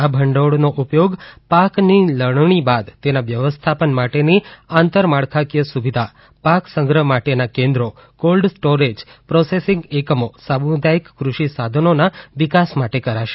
આ ભંડોળનો ઉપયોગ પાકની લણણી બાદ તેના વ્યવસ્થાપન માટેની આંતરમાળખાકીય સુવિધા તથા પાક સંગ્રહ માટેના કેન્દ્રો કોલ્ડ સ્ટોરેજ પ્રોસેસિંગ એકમો સામુદાથિક કૃષિ સાધનોના વિકાસ માટે કરાશે